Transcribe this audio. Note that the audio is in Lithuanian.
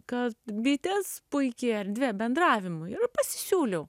kad bitės puiki erdvė bendravimui ir pasisiūliau